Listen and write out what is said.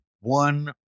one